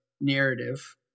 narrative